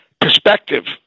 perspective